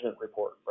report